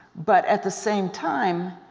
but at the same time,